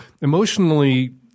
emotionally